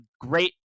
great